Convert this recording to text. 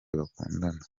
bakundanaga